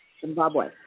Zimbabwe